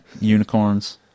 unicorns